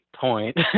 point